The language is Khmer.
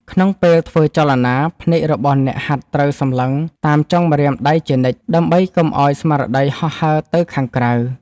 ក្នុងពេលធ្វើចលនា ភ្នែករបស់អ្នកហាត់ត្រូវសម្លឹងតាមចុងម្រាមដៃជានិច្ច ដើម្បីកុំឱ្យស្មារតីហោះហើរទៅខាងក្រៅ។